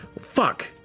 fuck